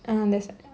and that's